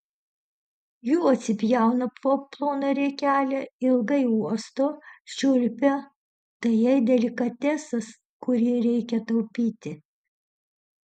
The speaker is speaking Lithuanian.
jų atsipjauna po ploną riekelę ilgai uosto čiulpia tai jai delikatesas kurį reikia taupyti